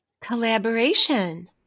collaboration